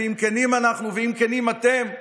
ואם כנים אנחנו ואם כנים אתם,